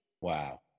Wow